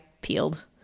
peeled